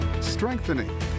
strengthening